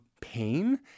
pain